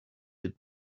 did